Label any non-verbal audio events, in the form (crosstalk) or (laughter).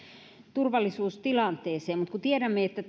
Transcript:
turvallisuustilanteeseen kun tiedämme että (unintelligible)